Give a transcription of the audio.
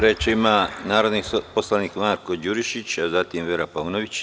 Reč ima narodni poslanik Marko Đurišić, a zatim Vera Paunović.